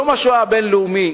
יום השואה הבין-לאומי